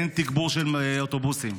אין תגבור של אוטובוסים,